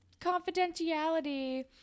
confidentiality